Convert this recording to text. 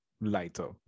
lighter